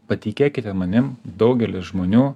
patikėkite manim daugelis žmonių